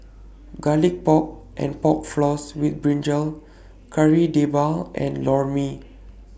Garlic Pork and Pork Floss with Brinjal Kari Debal and Lor Mee